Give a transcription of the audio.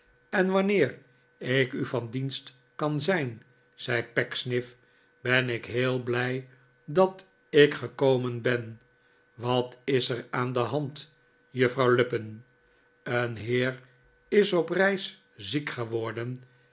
en wanneer ik u van dienst kan zijn zei pecksniff ben ik heel blij dat ik gekomen ben wat is er aan de hand juffrouw lupin een heer is op reis ziek geworden